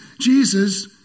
Jesus